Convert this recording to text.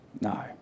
No